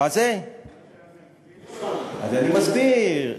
אז אני מסביר.